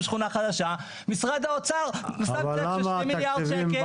שכונה חדשה משרד האוצר שם 2 מיליארד שקל.